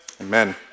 Amen